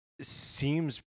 seems